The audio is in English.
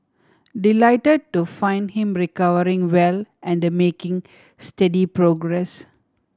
delighted to find him recovering well and making steady progress